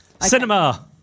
Cinema